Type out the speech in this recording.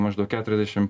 maždaug keturiasdešimt